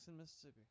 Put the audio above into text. Mississippi